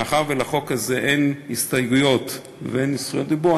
מאחר שלחוק הזה אין הסתייגויות ואין זכויות דיבור,